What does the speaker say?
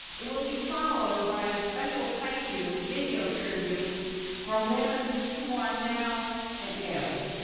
it will be followed by a special thank you video tribute from women who are now at yale.